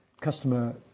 customer